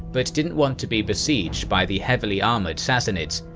but didn't want to be besieged by the heavily armored sassanids,